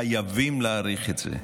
חייבים להאריך את זה,